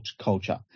culture